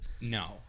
No